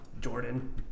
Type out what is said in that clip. Jordan